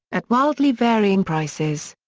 at wildly varying prices.